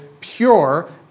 pure